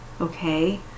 Okay